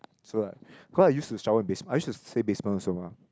so like cause I used to shower in I used to stay basement also mah